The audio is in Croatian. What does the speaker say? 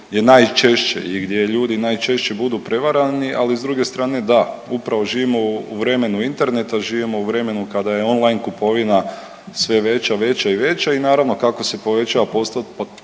što je najčešće i gdje ljudi najčešće budu prevarani, ali s druge strane da, upravo živimo u vremenu interneta, živimo u vremenu kada je online kupovina sve veća, veća i veća i naravno kako se povećava postotak